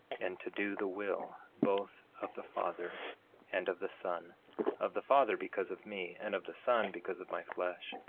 and to do the will, both of the father and of the son of the father because of me, and of the son because of my flesh.